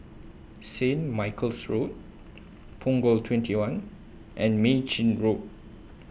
Saint Michael's Road Punggol twenty one and Mei Chin Road